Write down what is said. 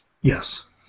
Yes